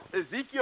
Ezekiel